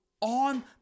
on